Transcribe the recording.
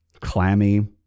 clammy